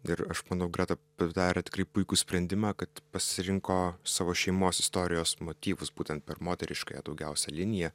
ir aš manau greta padarė tikrai puikų sprendimą kad pasirinko savo šeimos istorijos motyvus būtent per moteriškąją daugiausia liniją